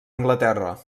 anglaterra